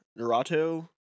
Naruto